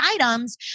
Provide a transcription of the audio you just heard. items